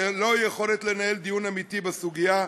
ללא יכולת לנהל דיון אמיתי בסוגיה,